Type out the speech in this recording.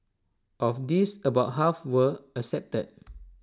of these about half were accepted